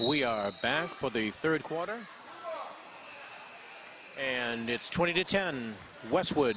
we are back for the third quarter and it's twenty to ten westwood